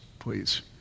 please